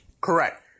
correct